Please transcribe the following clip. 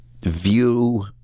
view